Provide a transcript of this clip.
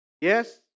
Yes